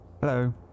Hello